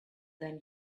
than